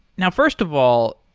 now, first of all,